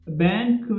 bank